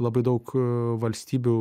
labai daug valstybių